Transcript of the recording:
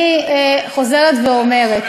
אני חוזרת ואומרת,